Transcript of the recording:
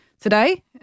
today